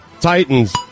Titans